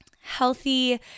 healthy